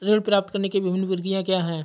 ऋण प्राप्त करने की विभिन्न प्रक्रिया क्या हैं?